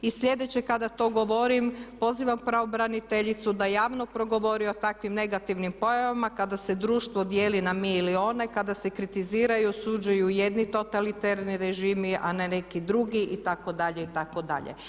I sljedeće kada to govorim pozivam pravobraniteljicu da javno progovori o takvim negativnim pojavama kada se društvo dijeli na mi ili one, kada se kritiziraju i osuđuju jedni totalitarni režimi, a ne neki drugi itd. itd.